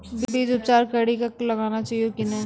बीज उपचार कड़ी कऽ लगाना चाहिए कि नैय?